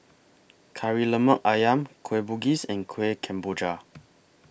Kari Lemak Ayam Kueh Bugis and Kueh Kemboja